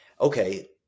okay